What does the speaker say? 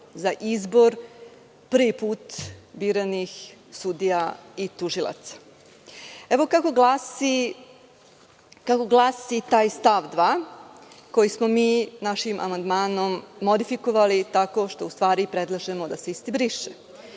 za izbor prvi put biranih sudija i tužilaca. Evo kako glasi taj stav 2. koji smo mi našim amandmanom modifikovali tako što u stvari predlažemo da se isti briše.